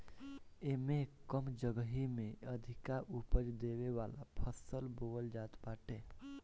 एमे कम जगही में अधिका उपज देवे वाला फसल बोअल जात बाटे